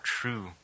true